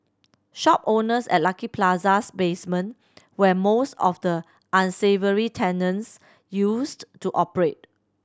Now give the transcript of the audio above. shop owners at Lucky Plaza's basement where most of the unsavoury tenants used to operate